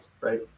right